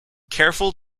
careful